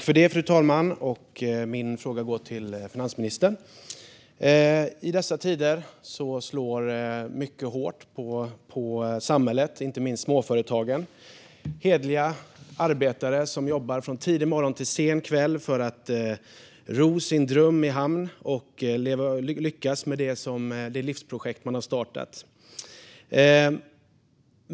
Fru talman! Min fråga går till finansministern. I dessa tider är det mycket som slår hårt mot samhället och inte minst småföretagen. Det är hederliga arbetare som jobbar från tidig morgon till sen kväll för att ro sin dröm i hamn och lyckas med det livsprojekt som man har startat.